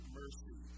mercy